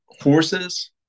horses